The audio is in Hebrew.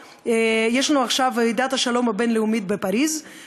יש לנו עכשיו את ועידת השלום הבין-לאומית בפריז,